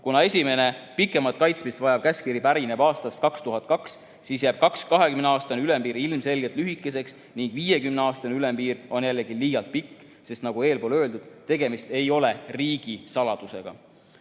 Kuna esimene pikemat kaitsmist vajav käskkiri pärineb aastast 2002, siis jääb 20-aastane ülempiir ilmselgelt lühikeseks ning 50-aastane ülempiir on jällegi liialt pikk, sest nagu eelpool öeldud, tegemist ei ole riigisaladusega.